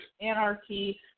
Anarchy